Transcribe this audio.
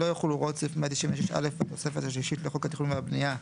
לא יחולו הוראות סעיף 196א והתוספת השלישית לחוק התכנון והבנייה,